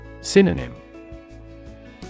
Synonym